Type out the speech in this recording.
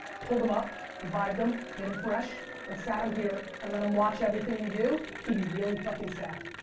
pulled him up revived him, made him fresh and sat him here and let him watch everything we do, he'd be really fucking sad.